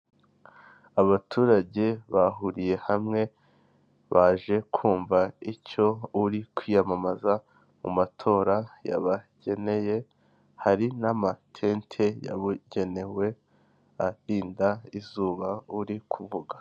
Abaturage bahuriye hamwe baje kumva icyo uri kwiyamamaza mu matora yabageneye hari n'amatente yabugenewe arinda izuba uri kuvuga.